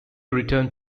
returned